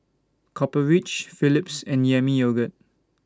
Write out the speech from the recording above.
Copper Ridge Philips and Yami Yogurt